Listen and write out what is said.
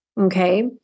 Okay